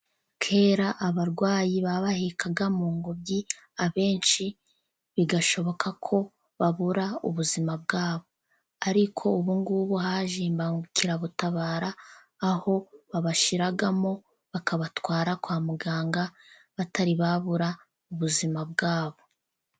Kera abarwayi babahekaga mu ngobyi, abenshi bigashoboka ko babura ubuzima bwabo, ariko ubungubu haje imbangukirabutabara aho babashyiramo bakabatwara kwa muganga batari babura ubuzima bwabo.